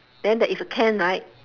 then there is a can right